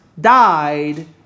died